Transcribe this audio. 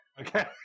Okay